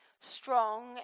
strong